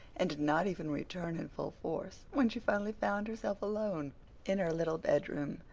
and did not even return in full force when she finally found herself alone in her little bedroom.